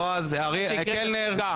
היא התחילה.